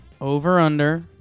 Over-under